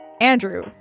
Andrew